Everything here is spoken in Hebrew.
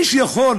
מי שיכול